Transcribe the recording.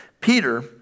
Peter